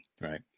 right